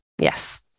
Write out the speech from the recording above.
Yes